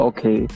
Okay